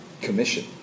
commission